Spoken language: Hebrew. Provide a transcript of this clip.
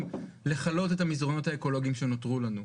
לכלות את המסדרונות האקולוגיים שנותרו לנו.